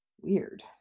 weird